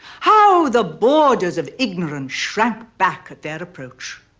how the borders of ignorance shrank back at their approach.